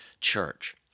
church